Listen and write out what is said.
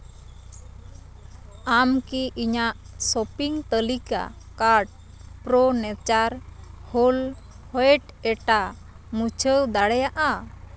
ᱟᱢ ᱠᱤ ᱤᱧᱟᱹᱜ ᱥᱚᱯᱤᱝ ᱛᱟᱹᱞᱤᱠᱟ ᱠᱟᱨᱰ ᱯᱨᱳ ᱱᱮᱪᱟᱨ ᱦᱳᱞᱰ ᱦᱳᱭᱮᱴ ᱮᱴᱟ ᱢᱩᱪᱷᱟᱹᱣ ᱫᱟᱲᱮᱭᱟᱜᱼᱟ